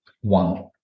One